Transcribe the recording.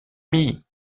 mie